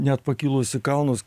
net pakilus į kalnus